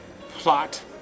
plot